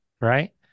Right